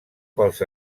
pels